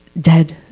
dead